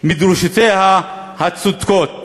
מדרישותיה הצודקות?